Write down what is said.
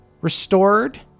restored